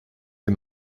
des